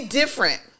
different